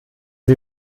sie